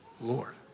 Lord